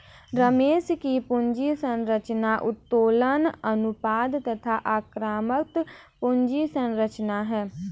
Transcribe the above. रमेश की पूंजी संरचना उत्तोलन अनुपात तथा आक्रामक पूंजी संरचना है